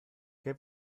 que